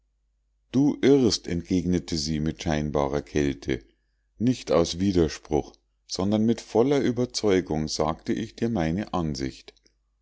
du irrst entgegnete sie mit scheinbarer kälte nicht aus widerspruch sondern mit voller ueberzeugung sagte ich dir meine ansicht